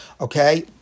Okay